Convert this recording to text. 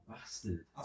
Bastard